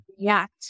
react